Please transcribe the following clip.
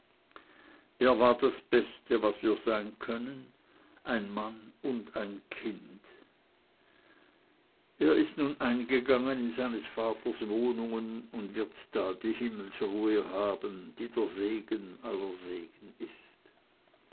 er war das beste was wir sein können ein mann und ein kind er ist nun eingegangen in seines vaters wohnungen und wird da die himmelsruhe haben die der segen aller segen ist